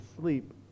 sleep